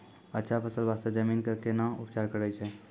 अच्छा फसल बास्ते जमीन कऽ कै ना उपचार करैय छै